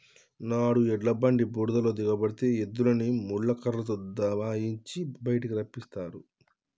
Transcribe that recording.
నాడు ఎడ్ల బండి బురదలో దిగబడితే ఎద్దులని ముళ్ళ కర్రతో దయియించి బయటికి రప్పిస్తారు